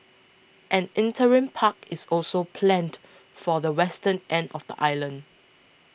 an interim park is also planned for the western end of the island